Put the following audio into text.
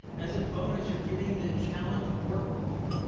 as a bonus, you're getting the challenge workbook.